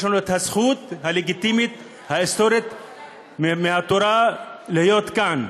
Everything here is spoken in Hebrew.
יש לנו הזכות הלגיטימית ההיסטורית מהתורה להיות כאן.